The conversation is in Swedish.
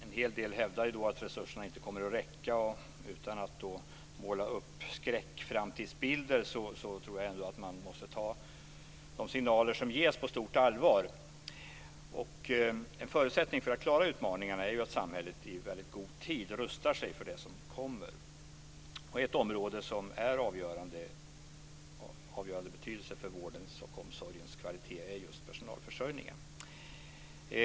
En hel del hävdar att resurserna inte kommer att räcka, och utan att måla upp skräckframtidsbilder så tror jag ändå att man måste ta de signaler som ges på stort allvar. En förutsättning för att klara utmaningarna är att samhället i god tid rustar sig för det som kommer. Ett område som är av avgörande betydelse för vårdens och omsorgens kvalitet är just personalförsörjningen.